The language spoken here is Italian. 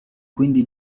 quindi